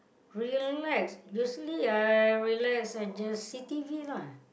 relax you see ah relax and just see t_v lah